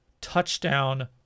touchdown